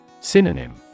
Synonym